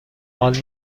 حال